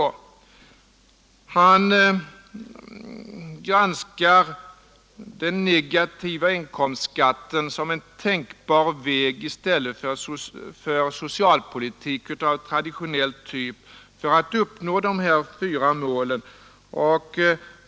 Han granskar den negativa inkomstskatten som en tänkbar väg i stället för socialpolitik av traditionell typ för att uppnå de här fyra delmålen.